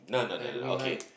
Halloween night